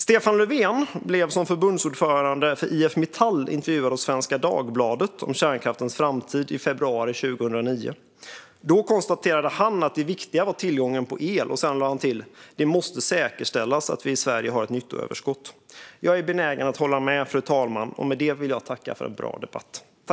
Stefan Löfven blev som förbundsordförande för IF Metall intervjuad av Svenska Dagbladet om kärnkraftens framtid i februari 2009. Då konstaterade han det viktiga var tillgången på el, och sedan lade han till att det måste säkerställas att vi i Sverige har ett nyttoöverskott. Jag är benägen att hålla med, fru talman. Med detta vill jag tacka för en bra debatt.